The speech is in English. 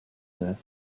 sets